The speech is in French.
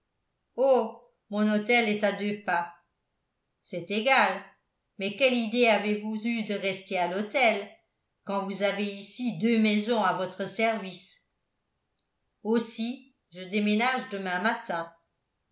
mon hôtel est à deux pas c'est égal mais quelle idée avez-vous eue de rester à l'hôtel quand vous avez ici deux maisons à votre service aussi je déménage demain matin